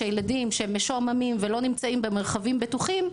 שכשהילדים משועממים ולא נמצאים במרחבים בטוחים,